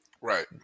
right